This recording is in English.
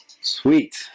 Sweet